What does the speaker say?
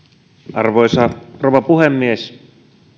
arvoisa rouva puhemies